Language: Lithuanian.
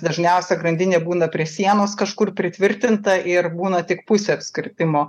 dažniausia grandinė būna prie sienos kažkur pritvirtinta ir būna tik pusė apskritimo